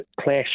clash